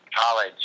College